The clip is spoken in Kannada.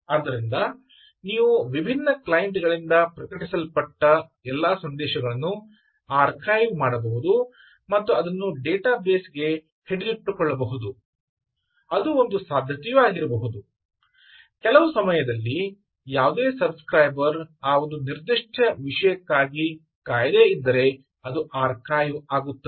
ಆದ್ದರಿಂದ ನೀವು ವಿಭಿನ್ನ ಕ್ಲೈಂಟ್ ಗಳಿಂದ ಪ್ರಕಟಿಸಲ್ಪಟ್ಟ ಎಲ್ಲಾ ಸಂದೇಶಗಳನ್ನು ಆರ್ಕೈವ್ ಮಾಡಬಹುದು ಮತ್ತು ಅದನ್ನು ಡೇಟಾಬೇಸ್ಗೆ ಹಿಡಿದಿಟ್ಟುಕೊಳ್ಳಬಹುದು ಅದು ಒಂದು ಸಾಧ್ಯತೆಯೂ ಆಗಿರಬಹುದು ಕೆಲವು ಸಮಯದಲ್ಲಿ ಯಾವುದೇ ಸಬ್ ಸ್ಕ್ರೈಬರ್ ಆ ಒಂದು ನಿರ್ದಿಷ್ಟ ವಿಷಯಕ್ಕಾಗಿ ಕಾಯದೆ ಇದ್ದರೆ ಅದು ಆರ್ಕೈವ್ ಆಗುತ್ತದೆ